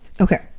Okay